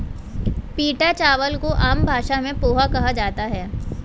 पीटा चावल को आम भाषा में पोहा कहा जाता है